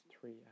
three